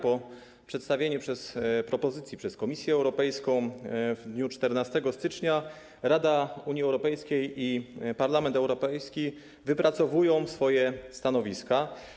Po przedstawieniu propozycji przez Komisję Europejską w dniu 14 stycznia Rada Unii Europejskiej i Parlament Europejski wypracowują swoje stanowiska.